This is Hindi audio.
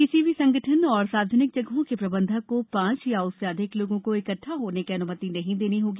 किसी भी संगठन और सार्वजनिक जगहों के प्रबंधक को पांच या उससे अधिक लोगों को इकट्ठा होने की अनुमति नहीं देनी होगी